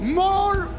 more